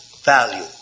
value